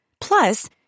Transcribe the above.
Plus